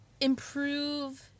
improve